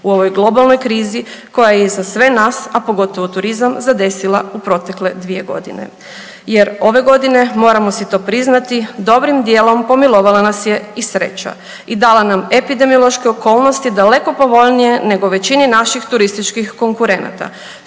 u ovoj globalnoj krizi koja je za sve nas, a pogotovo turizam zadesila u protekle 2 godine. Jer ove godine moramo si to priznati dobrim djelom pomilovala nas je i sreća i dala nam epidemiološke okolnosti daleko povoljnije nego većini naših turističkih konkurenata